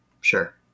sure